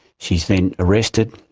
she is then arrested,